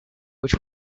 which